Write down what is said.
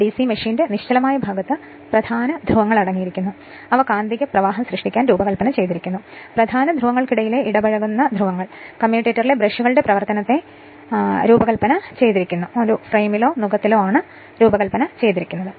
ഒരു ഡിസി മെഷീന്റെ നിശ്ചലമായ ഭാഗത്ത് പ്രധാന ധ്രുവങ്ങൾ അടങ്ങിയിരിക്കുന്നു അവ കാന്തിക പ്രവാഹം സൃഷ്ടിക്കാൻ രൂപകൽപ്പന ചെയ്തിരിക്കുന്നു പ്രധാന ധ്രുവങ്ങൾക്കിടയിൽ ഇടപഴകുന്ന ധ്രുവങ്ങൾ കമ്മ്യൂട്ടേറ്ററിലെ ബ്രഷുകളുടെ പ്രവർത്തനത്തെ തിളങ്ങുന്നതിനായി രൂപകൽപ്പന ചെയ്തിരിക്കുന്നു ഒരു ഫ്രെയിമിലോ നുകത്തിലോ ആണ് ഇത് രൂപകൽപ്പന ചെയ്തിരിക്കുന്നത്